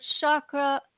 chakra